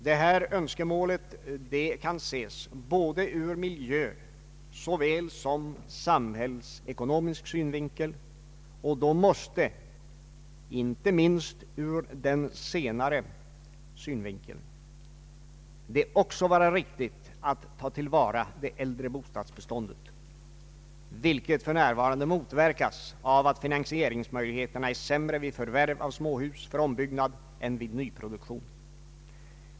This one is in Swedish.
Detta önskemål kan ses såväl ur miljösom samhällsekonomisk synvinkel, och då måste det — inte minst ur den sena re synvinkeln — också vara riktigt att ta till vara det äldre bostadsbeståndet, vilket för närvarande motverkas av att finansieringsmöjligheterna är sämre vid förvärv av småhus för ombyggnad än vid nyproduktion.